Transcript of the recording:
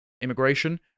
immigration